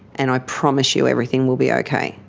and i promise you everything will be okay,